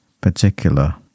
particular